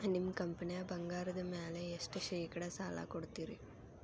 ನಿಮ್ಮ ಕಂಪನ್ಯಾಗ ಬಂಗಾರದ ಮ್ಯಾಲೆ ಎಷ್ಟ ಶೇಕಡಾ ಸಾಲ ಕೊಡ್ತಿರಿ?